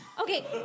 Okay